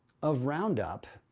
of. roundup,